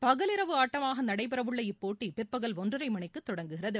பகல் இரவு ஆட்டமாக நடைபெறவுள்ள இப்போட்டி பிற்பகல் ஒன்றரை மணிக்கு தொடங்குகிறது